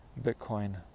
Bitcoin